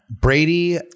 Brady